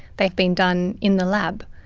they've been done in the lab.